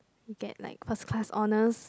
you get like first class honours